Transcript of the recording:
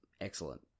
excellent